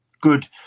Good